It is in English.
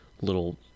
Little